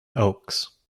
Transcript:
oaks